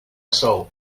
soul